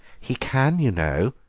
he can, you know,